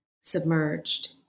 submerged